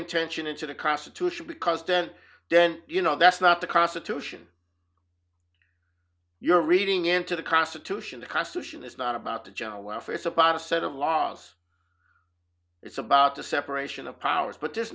intention into the constitution because then then you know that's not the constitution you're reading into the constitution the constitution is not about the general welfare it's about a set of laws it's about the separation of powers but there's